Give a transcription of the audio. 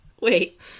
Wait